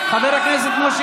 חצופה.